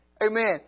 Amen